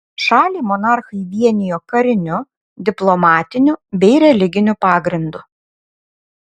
šalį monarchai vienijo kariniu diplomatiniu bei religiniu pagrindu